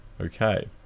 Okay